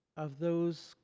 of those,